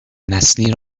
نسلی